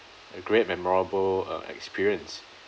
a great memorable uh experience